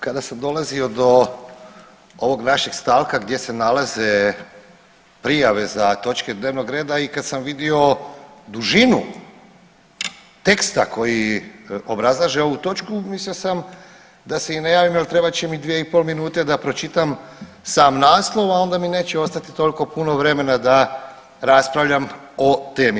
Kada sam dolazio do ovog našeg stavka gdje se nalaze prijave za točke dnevnog reda i kad sam vidio dužinu teksta koji obrazlaže ovu točku mislio sam da se i ne javim jel trebat će mi dvije i pol minute da pročitam sam naslov, a onda mi neće ostati toliko puno vremena da raspravljam o temi.